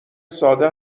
ساده